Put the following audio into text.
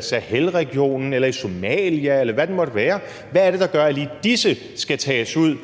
Sahelregionen eller Somalia, eller hvad det måtte være? Hvad er det, der gør, at lige disse skal tages ud